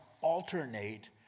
alternate